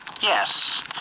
yes